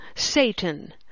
Satan